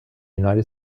united